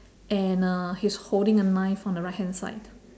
and uh he's holding a knife on the right hand side